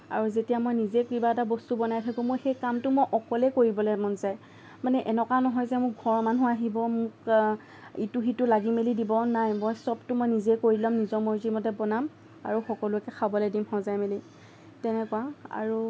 আৰু যেতিয়া মই নিজে কিবা এটা বস্তু বনাই থাকোঁ মই সেই কামটো অকলেই কৰিবলৈ মন যায় মানে এনেকুৱা নহয় যে মোৰ ঘৰৰ মানুহ আহিব মোক ইটো সিটো লাগি মেলি দিব নাই মই চবটো মই নিজেই কৰি ল'ম নিজৰ মৰ্জি মতে বনাম আৰু সকলোকে খাবলে দিম সজাই মেলি তেনেকুৱা আৰু